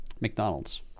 McDonald's